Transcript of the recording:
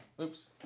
Oops